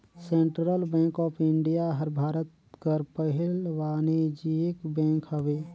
central bank of India हर भारत कर पहिल वानिज्यिक बेंक हवे